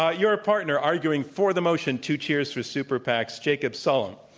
ah your partner, arguing for the motion, two cheers for super pacs, jacob sullum.